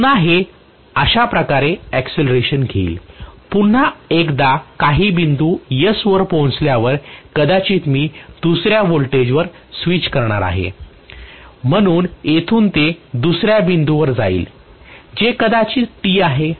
पुन्हा हे अशा प्रकारे अक्सिलेरेशन घेईल पुन्हा एकदा काही बिंदू S वर पोहोचल्यावर कदाचित मी दुसऱ्या व्होल्टेजवर स्विच करणार आहे म्हणून येथून ते दुसऱ्या बिंदूवर जाईल जे कदाचित T आहे